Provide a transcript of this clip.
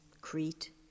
Crete